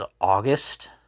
August